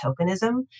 tokenism